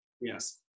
yes